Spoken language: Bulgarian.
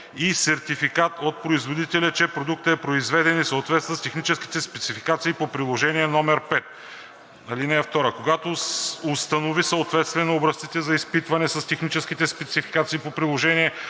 и сертификат от производителя, че продуктът е произведен в съответствие с техническите спецификации по приложение № 5. (2) Когато установи съответствие на образците за изпитване с техническите спецификации по приложение